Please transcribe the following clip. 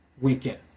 weekend